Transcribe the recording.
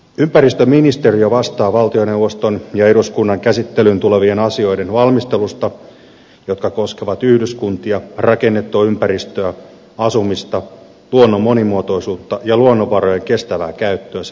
ympäristöministeriö vastaa valtioneuvoston ja eduskunnan käsittelyyn tulevien asioiden valmistelusta jotka koskevat yhdyskuntia rakennettua ympäristöä asumista luonnon monimuotoisuutta ja luonnonvarojen kestävää käyttöä sekä ympäristönsuojelua